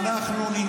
אולי אנחנו בוגדים?